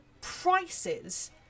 prices